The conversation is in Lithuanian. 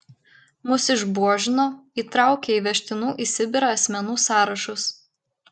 mus išbuožino įtraukė į vežtinų į sibirą asmenų sąrašus